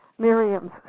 Miriam's